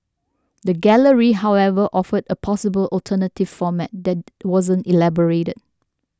the gallery however offered a possible alternative format that wasn't elaborated